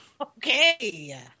Okay